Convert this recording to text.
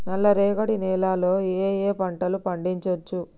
నల్లరేగడి నేల లో ఏ ఏ పంట లు పండించచ్చు?